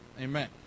Amen